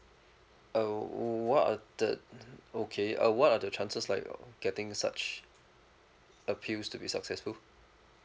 uh what are the okay uh what are the chances like getting such appeals to be successful